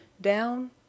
Down